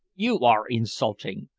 you are insulting!